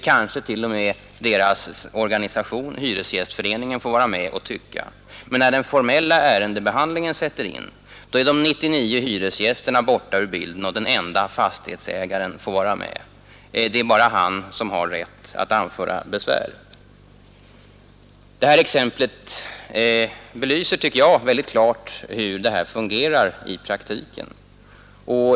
Kanske t.o.m. deras organisation, hyresgästföreningen, får vara med och tycka. Men när den formella ärendebehandlingen sätter in är de 99 hyresgästerna borta ur bilden, och den ende fastighetsägaren får vara med. Det är bara han som har rätt att anföra besvär. Det exemplet belyser väldigt klart hur det här fungerar i praktiken.